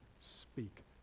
speak